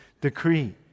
decree